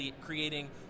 creating